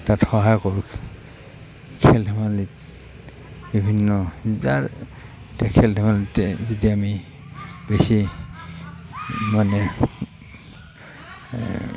তাত সহায় কৰোঁ খেল ধেমালিত বিভিন্ন যাৰ এতিয়া খেল ধেমালিতে যেতিয়া আমি বেছি মানে